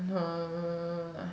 uh